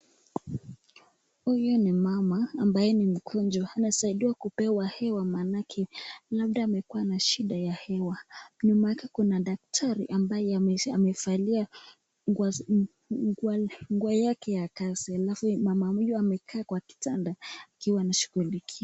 Huyu ni mama ambaye ni mgonjwa. Anasaidiwa kupewa hewa maanake labda amekuwa na shida ya hewa. Nyuma yake kuna daktari ambaye amevalia nguo yake ya kazi. Alafu mama huyu amekaa kwa kitanda akiwa anashugulikiwa.